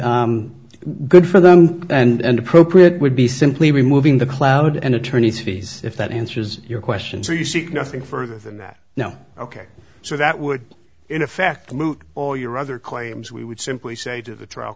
good for them and appropriate would be simply removing the cloud and attorney's fees if that answers your questions or you seek nothing further than that now ok so that would in effect move all your other claims we would simply say to the trial